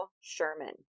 Sherman